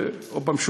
עוד פעם,